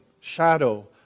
shadow